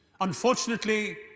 unfortunately